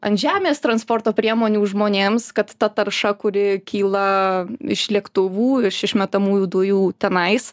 ant žemės transporto priemonių žmonėms kad ta tarša kuri kyla iš lėktuvų iš išmetamųjų dujų tenais